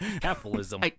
capitalism